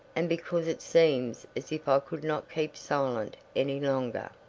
and because it seems as if i could not keep silent any longer.